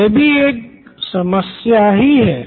ये भी एक समस्या ही है